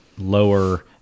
lower